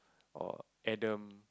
or Adam